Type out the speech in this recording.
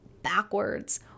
backwards